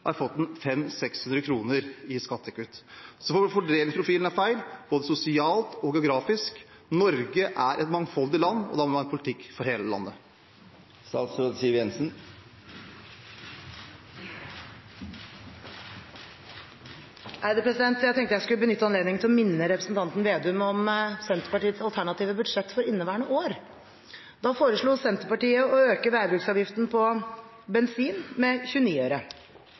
Fordelingsprofilen er feil, både sosialt og geografisk. Norge er et mangfoldig land, og da må vi ha en politikk for hele landet. Jeg tenkte jeg skulle benytte anledningen til å minne representanten Slagsvold Vedum om Senterpartiets alternative budsjett for inneværende år. Da foreslo Senterpartiet å øke veibruksavgiften på bensin med